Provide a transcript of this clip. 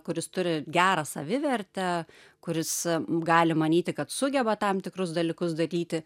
kuris turi gerą savivertę kuris gali manyti kad sugeba tam tikrus dalykus daryti